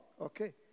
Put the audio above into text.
Okay